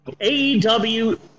AEW